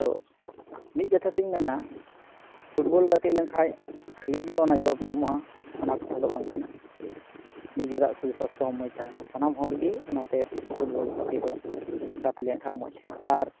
ᱛᱳ ᱢᱤᱫ ᱠᱟᱛᱷᱟᱛᱮᱧ ᱢᱮᱱᱟ ᱯᱷᱩᱴᱵᱚᱞ ᱜᱟᱛᱮ ᱞᱮᱱᱠᱷᱟᱡ ᱠᱷᱟᱹᱞᱤ ᱡᱮ ᱚᱱᱟ ᱡᱚᱵᱽ ᱧᱟᱢᱚᱜᱟ ᱚᱱᱟ ᱠᱟᱛᱷᱟᱫᱚ ᱵᱟᱝ ᱠᱟᱱᱟ ᱱᱤᱡᱮᱨᱟᱜ ᱥᱚᱨᱤᱨᱼᱥᱟᱥᱛᱚ ᱦᱚᱸ ᱢᱚᱡᱽ ᱛᱟᱦᱮᱱᱟ ᱥᱟᱱᱟᱢ ᱦᱚᱲᱜᱮ ᱚᱱᱟᱛᱮ ᱯᱷᱩᱴᱵᱚᱞ ᱜᱟᱛᱮᱜ ᱫᱚ ᱜᱟᱛᱮ ᱞᱮᱱᱠᱷᱟᱡ ᱢᱚᱡᱽ ᱦᱩᱭᱩᱜᱼᱟ ᱟᱨ